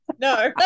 No